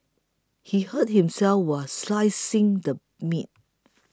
he hurt himself while slicing the meat